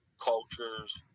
cultures